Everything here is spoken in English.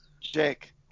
Jake